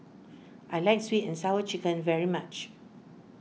I like Sweet and Sour Chicken very much